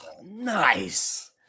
nice